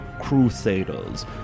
crusaders